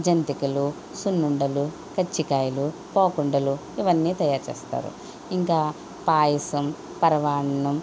జంతికలు సున్నుండలు కజ్జికాయలు పోకుండలు ఇవన్నీ తయారు చేస్తారు ఇంకా పాయసం పరమాన్నం